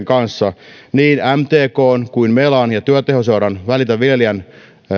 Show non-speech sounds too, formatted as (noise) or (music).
(unintelligible) kanssa niin mtkn kuin melan ja työtehoseuran välitä viljelijästä